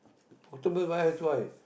October buy X Y